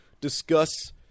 discuss